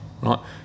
right